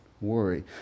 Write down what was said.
worry